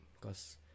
Cause